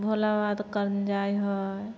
भोलाबाबा तऽ कन जाइ है